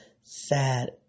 sad